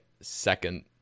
second